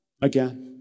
again